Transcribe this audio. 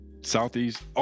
Southeast